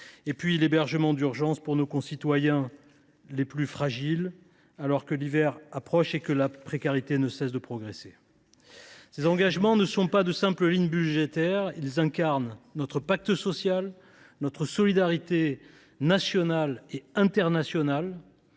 citerai l’hébergement d’urgence pour nos concitoyens les plus fragiles, alors que l’hiver approche et que la précarité ne cesse de progresser. Ces engagements ne sont pas de simples lignes budgétaires. Ils incarnent notre pacte social, notre solidarité nationale et internationale.